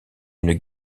une